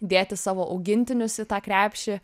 dėti savo augintinius į tą krepšį